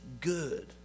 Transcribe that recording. good